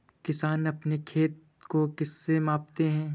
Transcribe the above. किसान अपने खेत को किससे मापते हैं?